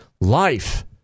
life